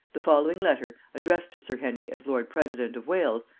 the following letter, addressed to sir henry as lord-president of wales,